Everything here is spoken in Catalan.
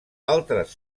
altres